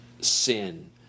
sin